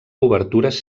obertures